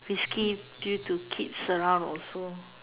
risky due to kids around also